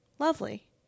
Lovely